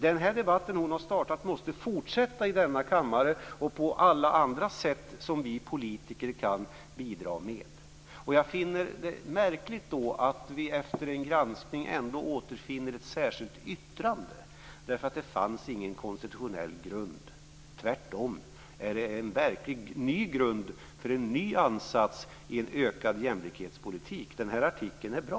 Den debatt som hon har startat måste fortsätta i denna kammare och på alla andra sätt som vi politiker kan bidra med. Jag finner det märkligt att vi efter en granskning ändå återfinner ett särskilt yttrande. Det fanns ingen konstitutionell grund. Tvärtom! Det finns verkligen en ny grund för en ny ansats i en ökad jämlikhetspolitik. Artikeln är bra.